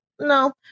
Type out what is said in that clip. no